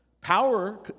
Power